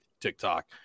TikTok